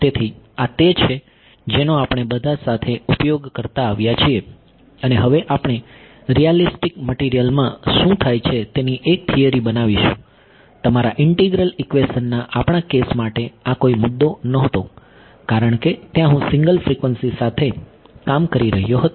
તેથી આ તે છે જેનો આપણે બધા સાથે ઉપયોગ કરતા આવ્યા છીએ અને હવે આપણે રીયાલીસ્ટીક મટીરીયલમાં શું થાય છે તેની એક થિયરી બનાવીશું તમારા ઈન્ટીગ્રલ ઇક્વેશનના આપણા કેસ માટે આ કોઈ મુદ્દો નહોતો કારણ કે ત્યાં હું સિંગલ ફ્રિકવન્સી સાથે કામ કરી રહ્યો હતો